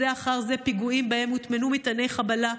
אחר זה פיגועים שבהם הוטמנו מטעני חבלה,